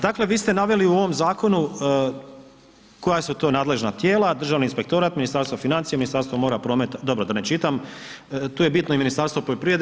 Dakle, vi ste naveli u ovom zakonu koja su to nadležna tijela, državni inspektorat, Ministarstvo financija, Ministarstvo mora, prometa, dobro da ne čitam, tu je bitno i Ministarstvo poljoprivrede.